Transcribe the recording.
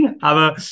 aber